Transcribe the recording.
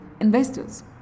investors